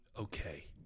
okay